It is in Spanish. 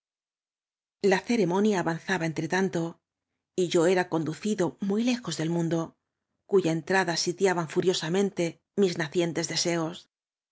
ceremonia avanzaba entre tanto y yo era conducido muy lejos del mundo cuya entrada sitiaban uñosamente mis nacientes deseos